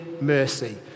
mercy